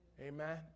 Amen